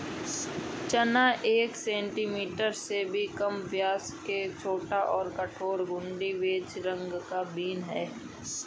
चना एक सेंटीमीटर से भी कम व्यास के साथ एक छोटा, कठोर, घुंडी, बेज रंग का बीन है